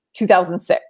2006